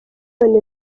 none